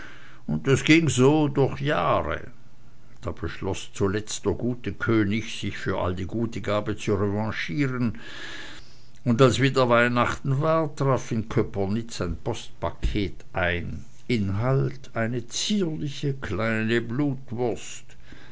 und das ging so durch jahre da beschloß zuletzt der gute könig sich für all die gute gabe zu revanchieren und als wieder weihnachten war traf in köpernitz ein postpaket ein inhalt eine zierliche kleine blutwurst